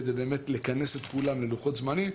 כדי באמת לכנס את כולם ללוחות זמנים.